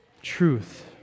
truth